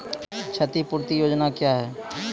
क्षतिपूरती योजना क्या हैं?